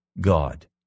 God